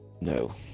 No